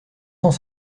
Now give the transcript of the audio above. sans